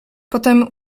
potem